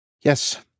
Yes